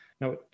Now